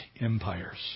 empires